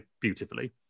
beautifully